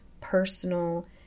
personal